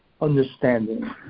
understanding